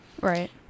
Right